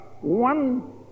one